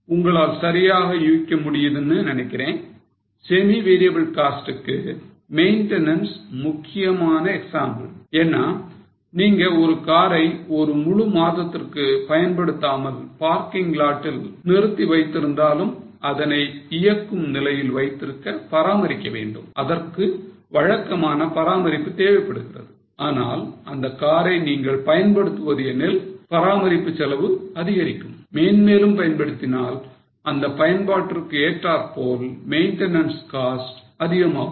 உங்களால சரியா யூகிக்க முடியுதுன்னு நினைக்கிறேன் semi variable cost க்கு maintenance முக்கியமான எக்ஸாம்பிள் என்னா நீங்க ஒரு காரை ஒரு முழு மாதத்திற்கு பயன்படுத்தாமல் parking lot ல் நிறுத்தி வைத்திருந்தாலும் அதனை இயங்கும் நிலையில் வைத்திருக்க பராமரிக்க வேண்டும் அதற்கு வழக்கமான பராமரிப்பு தேவைப்படுகிறது ஆனால் அந்த காரை நீங்கள் பயன்படுத்துவது எனில் பராமரிப்பு செலவு அதிகரிக்கும் மென்மேலும் பயன்படுத்தினால் அந்த பயன்பாட்டிற்கு ஏற்றார்போல் maintenance cost அதிகமாகும்